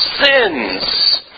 sins